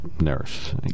nurse